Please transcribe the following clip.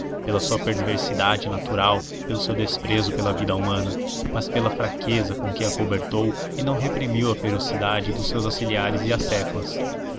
pela sua perversidade natural pelo seu desprezo pela vida humana mas pela fraqueza com que acobertou e não reprimiu a ferocidade dos seus auxiliares e